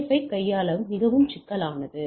F கையாள மிகவும் சிக்கலானது